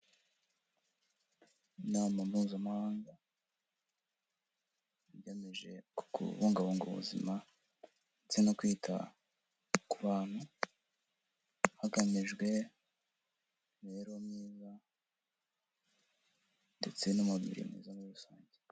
Inama mpuzamahanga igamije kubungabunga ubuzima ndetse no kwita ku bantu, hagamijwe imibereho myiza ndetse n'umubiri mwiza muri rusange.